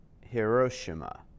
Hiroshima